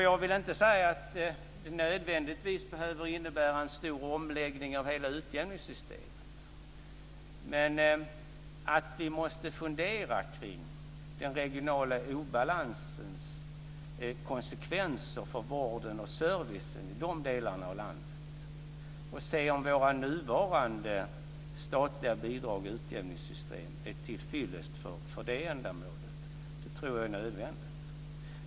Jag vill inte säga att det nödvändigtvis behöver innebära en stor omläggning av hela utjämningssystemet. Men att vi måste fundera kring den regionala obalansens konsekvenser för vården och servicen i de här delarna av landet och se om våra nuvarande statliga bidrag och utjämningssystem är tillfyllest för det ändamålet, det tror jag är nödvändigt.